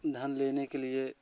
धन लेने के लिए